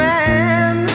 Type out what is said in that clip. Man